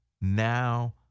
now